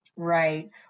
Right